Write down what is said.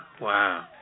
wow